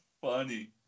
funny